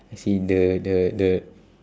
I see the the the